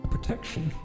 Protection